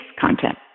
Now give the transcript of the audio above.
content